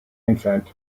infant